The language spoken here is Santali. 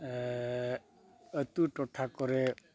ᱟᱹᱛᱩ ᱴᱚᱴᱷᱟ ᱠᱚᱨᱮᱜ